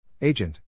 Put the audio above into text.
Agent